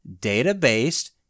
data-based